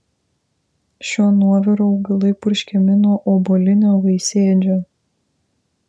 šiuo nuoviru augalai purškiami nuo obuolinio vaisėdžio